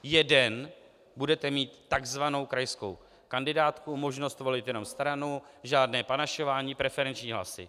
Jeden budete mít takzvanou krajskou kandidátku, možnost volit jenom stranu, žádné panašování, preferenční hlasy.